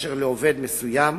בקשר לעובד מסוים,